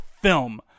film